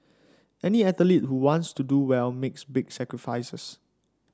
any athlete who wants to do well makes big sacrifices